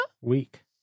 week